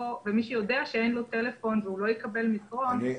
מי שיודע שאין לו טלפון והוא לא יקבל מסרון,